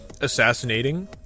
Assassinating